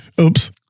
oops